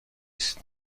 است